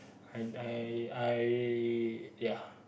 I I I ya